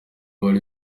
bari